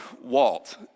Walt